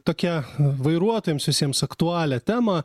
tokią vairuotojams visiems aktualią temą